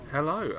Hello